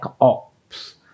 ops